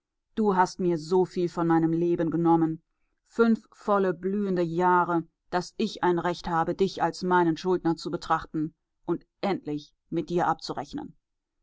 du hast mir so viel von meinem leben genommen fünf volle blühende jahre daß ich ein recht habe dich als meinen schuldner zu betrachten und endlich mit dir abzurechnen